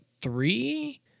three